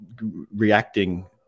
reacting